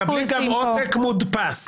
תקבלי גם עותק מודפס.